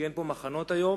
כי אין פה מחנות היום,